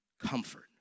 Comfort